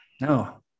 No